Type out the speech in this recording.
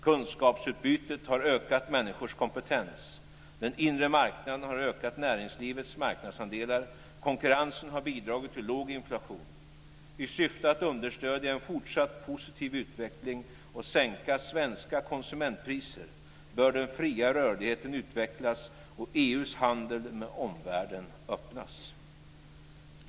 Kunskapsutbytet har ökat människors kompetens, den inre marknaden har ökat näringslivets marknadsandelar och konkurrensen har bidragit till låg inflation. I syfte att understödja en fortsatt positiv utveckling och sänka svenska konsumentpriser bör den fria rörligheten utvecklas och EU:s handel med omvärlden öppnas.